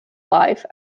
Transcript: life